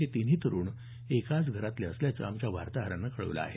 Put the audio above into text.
हे तिन्ही तरुण एकाच घरातले असल्याचं आमच्या वार्ताहरानं कळवलं आहे